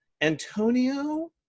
antonio